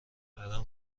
برام